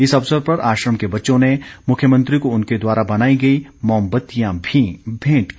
इस अवसर पर आश्रम के बच्चों ने मुख्यमंत्री को उनके द्वारा बनाई गई मोमबत्तियां भी भेंट की